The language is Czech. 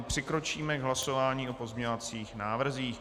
Přikročíme k hlasování o pozměňovacích návrzích.